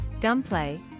gunplay